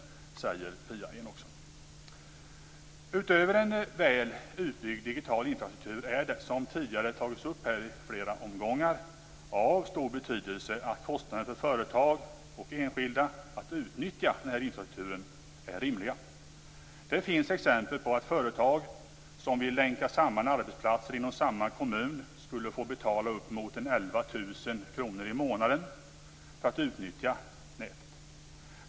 Utöver en väl utbyggd digital infrastruktur är det som tidigare har tagits upp här i flera omgångar av stor betydelse att kostnaden för företag och enskilda att utnyttja denna infrastruktur är rimlig. Det finns exempel på att företag som vill länka samman arbetsplatser inom samma kommun skulle få betala upp emot 11 000 kr i månaden för att utnyttja nätet.